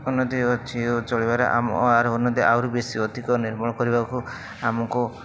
ଉନ୍ନତି ଅଛି ଓ ଚଳିବାରେ ଆମ ଆର ଉନ୍ନତି ଆହୁରି ବେଶୀ ଅଧିକ ନିର୍ମଳ କରିବାକୁ ଆମକୁ